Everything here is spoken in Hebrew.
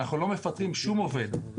אנחנו לא מפטרים שום עובד,